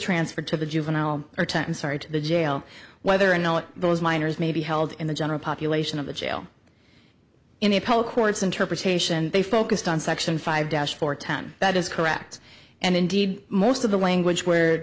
transferred to the juvenile or to start the jail whether or not those miners may be held in the general population of the jail in a poll court's interpretation they focused on section five dash for ten that is correct and indeed most of the language where